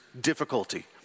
difficulty